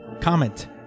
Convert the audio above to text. comment